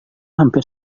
hampir